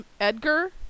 Edgar